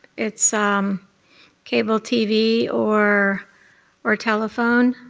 it's um cable tv or or telephone.